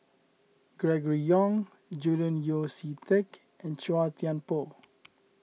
Gregory Yong Julian Yeo See Teck and Chua Thian Poh